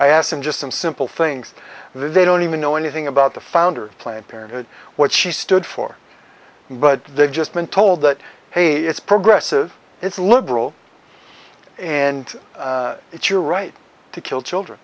i asked him just some simple things they don't even know anything about the founder of planned parenthood what she stood for but they've just been told that hey it's progressive it's liberal and it's your right to kill children